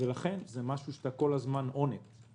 לכן זה משהו שאתה כל הזמן עוקב אחרי זה.